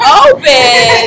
open